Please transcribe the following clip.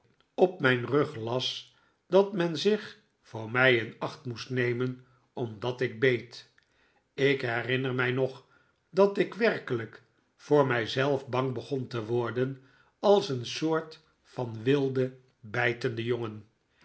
op mijn rug las dat men zich voor mij in acht moest nemen omdat ik beet ik herinner mij nog dat ik werkelijk voor mij zelf bang begon te worden als een soort van wilde bijtende jongen